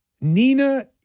Nina